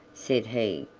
said he.